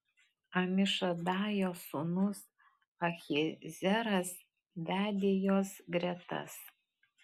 amišadajo sūnus ahiezeras vedė jos gretas